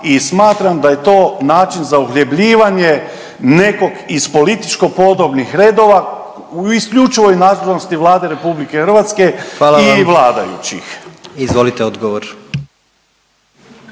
i smatram da je to način za uhljebljivanje nekog iz političko podobnih redova u isključivoj nadležnosti Vlade Republike Hrvatske i vladajućih. **Jandroković, Gordan